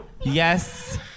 Yes